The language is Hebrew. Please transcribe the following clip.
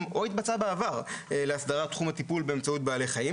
או התבצעה בעבר להסדרת תחום הטיפול באמצעות בעלי חיים.